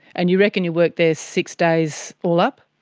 and you reckon you worked there six days all up?